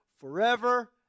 forever